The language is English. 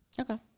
Okay